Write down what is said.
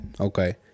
Okay